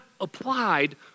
applied